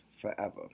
forever